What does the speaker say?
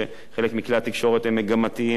שחלק מכלי התקשורת הם מגמתיים.